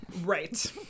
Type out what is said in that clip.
right